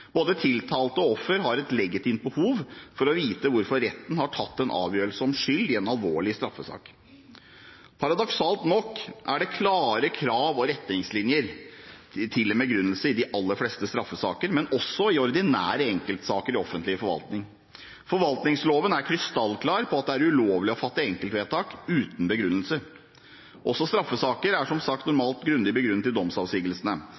Både tiltalte og offer har et legitimt behov for å vite hvorfor retten har tatt en avgjørelse om skyld i en alvorlig straffesak. Paradoksalt nok er det klare krav og retningslinjer til en begrunnelse i de aller fleste straffesaker, men også i ordinære enkeltsaker i offentlig forvaltning. Forvaltningsloven er krystallklar på at det er ulovlig å fatte enkeltvedtak uten begrunnelse. Også straffesaker er som sagt normalt grundig begrunnet i domsavsigelsene.